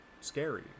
scary